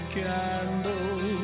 candle